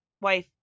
wife